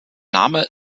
name